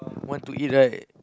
want to eat right